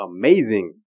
amazing